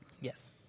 Yes